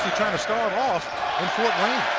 trying to start off in fort wayne.